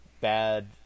bad